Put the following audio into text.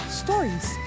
stories